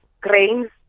grains